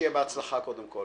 שיהיה בהצלחה, קודם כול.